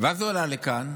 ואז הוא עלה לכאן,